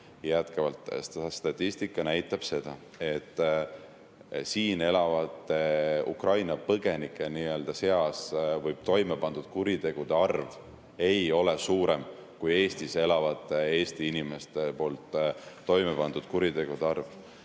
Eestis on. Statistika näitab jätkuvalt, et siin elavate Ukraina põgenike nii‑öelda seas toime pandud kuritegude arv ei ole suurem, kui on Eestis elavate Eesti inimeste poolt toime pandud kuritegude arv.